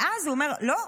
ואז הוא אומר: לא,